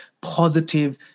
positive